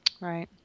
Right